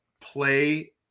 play